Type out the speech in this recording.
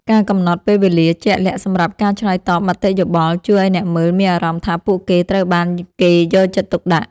ការកំណត់ពេលវេលាជាក់លាក់សម្រាប់ការឆ្លើយតបមតិយោបល់ ជួយឱ្យអ្នកមើលមានអារម្មណ៍ថាពួកគេត្រូវបានគេយកចិត្តទុកដាក់។